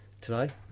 Today